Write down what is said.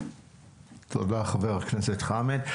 תודה חבר הכנסת חמד.